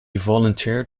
volunteered